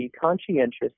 conscientious